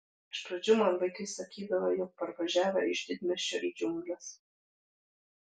iš pradžių man vaikai sakydavo jog parvažiavę iš didmiesčio į džiungles